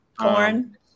Corn